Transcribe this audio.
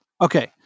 Okay